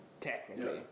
Technically